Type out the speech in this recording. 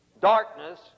darkness